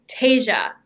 Tasia